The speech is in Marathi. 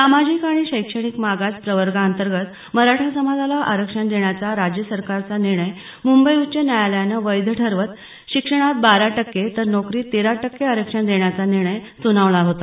सामाजिक आणि शैक्षणिक मागास प्रवर्गाअंतर्गत मराठा समाजाला आरक्षण देण्याचा राज्यसरकारचा निर्णय मुंबई उच्च न्यायालयानं वैध ठरवत शिक्षणात बारा टक्के तर नोकरीत तेरा टक्के आरक्षण देण्याचा निर्णय सुनावला होता